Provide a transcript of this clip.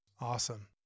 Awesome